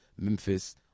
Memphis